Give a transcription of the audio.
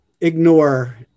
ignore